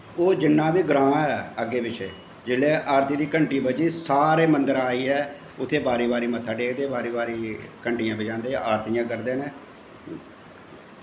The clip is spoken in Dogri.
ओह् जिन्ना बी ग्रां ऐ अग्गै पिच्छें जिसलै आरती दी घैंटी बज्जी सारे मंदर आइयै उत्थें बारी बारी मत्था टेकदे बारी बारी घैंटियां बजांदे आरदियां करदे न